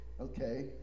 okay